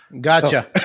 Gotcha